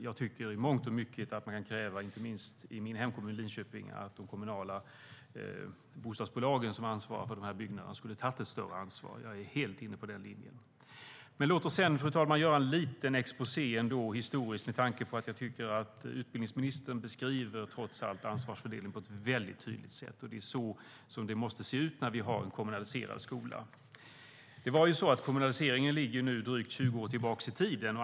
Jag tycker att man kan kräva, inte minst i min hemkommun Linköping, att de kommunala bostadsbolagen som ansvarar för skolbyggnaderna ska ta ett större ansvar. Jag är helt inne på den linjen. Låt mig ändå, fru talman, göra en liten historisk exposé med tanke på att utbildningsministern trots allt beskriver ansvarsfördelningen på ett väldigt tydligt sätt, och det är så som den måste se ut i en kommunaliserad skola. Kommunaliseringen ligger nu drygt 20 år tillbaka i tiden.